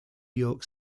york